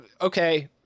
okay